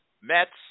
Mets